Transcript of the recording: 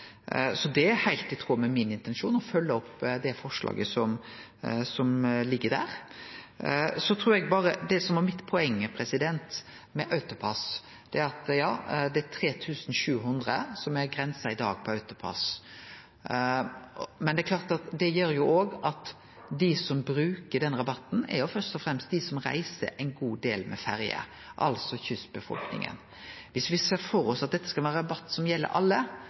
Det er heilt i tråd med min intensjon å følgje opp det forslaget som ligg der. Det som var mitt poeng med AutoPASS, er at ja, det er 3 700 kr som er grensa i dag på AutoPASS, men det er klart at det gjer òg at dei som brukar den rabatten, først og fremst er dei som reiser ein god del med ferje, altså kystbefolkninga. Viss me ser føre oss at dette skal vere ein rabatt som gjeld alle,